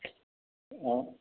অঁ